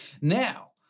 now